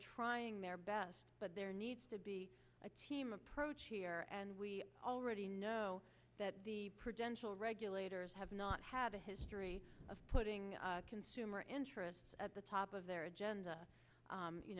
trying their best but there needs to be a team approach here and we already know that the prudential regulators have not had a history of putting consumer interest at the top of their agenda